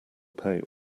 pay